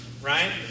right